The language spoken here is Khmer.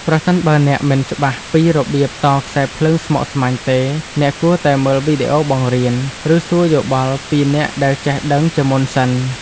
ប្រសិនបើអ្នកមិនច្បាស់ពីរបៀបតខ្សែភ្លើងស្មុគស្មាញទេ អ្នកគួរតែមើលវីដេអូបង្រៀន ឬសួរយោបល់ពីអ្នកដែលចេះដឹងជាមុនសិន។